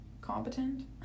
Competent